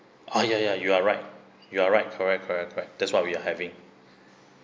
ah ya ya you are right you are right correct correct correct that's what we are having